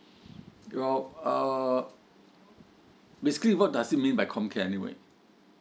your uh basically what does it mean by comcare anyway